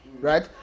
Right